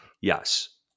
Yes